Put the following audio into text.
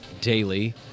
daily